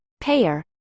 payer